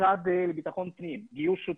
המשרד לבטחון פנים, גיוס שוטרים,